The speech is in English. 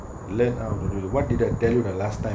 learn ah what do to you what did I tell you the last time